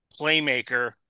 playmaker